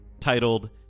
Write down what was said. titled